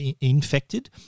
Infected